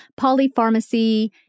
polypharmacy